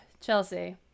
Chelsea